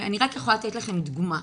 אני רק יכולה לתת לכם דוגמה.